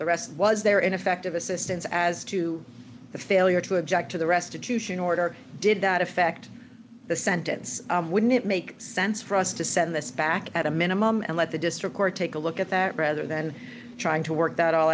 the rest was there ineffective assistance as to the failure to object to the restitution order did that affect the sentence wouldn't it make sense for us to send this back at a minimum and let the district court take a look at that rather than trying to work that all